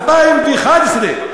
2011,